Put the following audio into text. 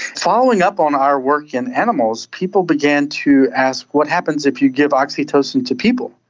following up on our work in animals, people began to ask what happens if you give oxytocin to people?